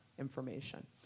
information